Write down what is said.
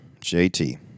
JT